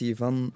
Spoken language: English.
van